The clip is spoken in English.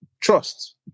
Trust